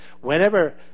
whenever